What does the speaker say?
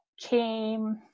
came